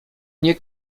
nie